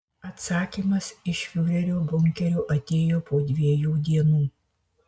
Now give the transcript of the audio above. atsakymas iš fiurerio bunkerio atėjo po dviejų dienų